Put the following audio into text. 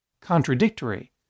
contradictory